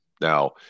Now